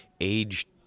aged